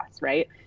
right